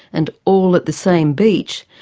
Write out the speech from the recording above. and all at the same beach,